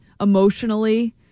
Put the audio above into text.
emotionally